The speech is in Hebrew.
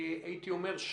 הייתי אומר,